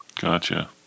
Gotcha